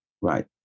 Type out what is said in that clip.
Right